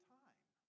time